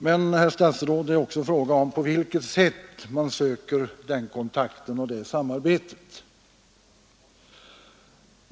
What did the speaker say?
Men, herr statsråd, det är också fråga om på vilket sätt man söker kontakt och samarbete.